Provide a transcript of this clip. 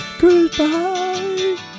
Goodbye